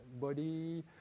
body